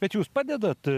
bet jūs padedat